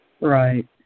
Right